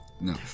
No